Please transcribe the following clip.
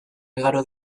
igaro